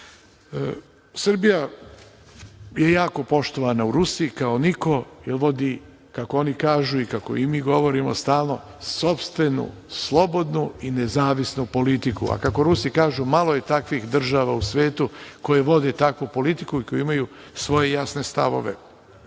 je jako poštovana u Rusiji kao niko, jer vodi, kako oni kažu i kako i mi govorimo stalno, sopstvenu slobodnu i nezavisnu politiku, a kako Rusi kažu – malo je takvih država u svetu koje vode takvu politiku i koje imaju svoje jasne stavove. Ono